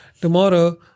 Tomorrow